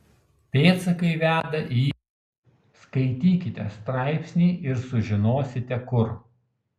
pėdsakai veda į skaitykite straipsnį ir sužinosite kur